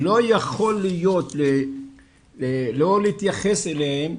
ולא יכול להיות לא להתייחס אליהם,